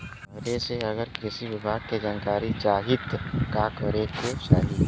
घरे से अगर कृषि विभाग के जानकारी चाहीत का करे के चाही?